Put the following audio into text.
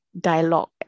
dialogue